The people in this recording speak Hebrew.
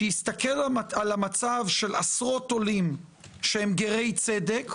שיסתכל על המצב של עשרות עולים שהם צדק,